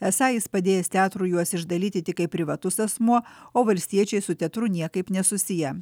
esą jis padėjęs teatrui juos išdalyti tik kaip privatus asmuo o valstiečiai su teatru niekaip nesusiję